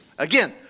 Again